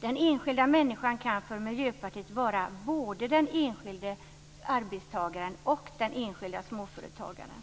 Den enskilde människan kan för Miljöpartiet vara både den enskilde arbetstagaren och den enskilde småföretagaren.